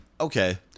Okay